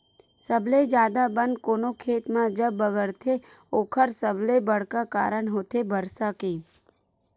सबले जादा बन कोनो खेत म जब बगरथे ओखर सबले बड़का कारन होथे बरसा के